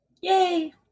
Yay